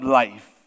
life